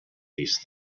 these